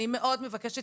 אני מאוד מבקשת